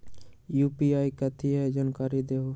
UPI कथी है? जानकारी दहु